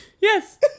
Yes